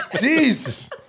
Jesus